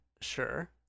Sure